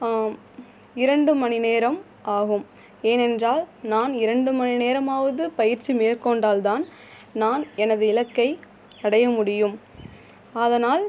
இரண்டு மணி நேரம் ஆகும் ஏனென்றால் நான் இரண்டு மணி நேரமாவது பயிற்சி மேற்கொண்டால் தான் நான் எனது இலக்கை அடைய முடியும் அதனால்